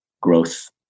growth